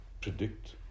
predict